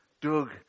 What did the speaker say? Doug